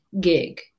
gig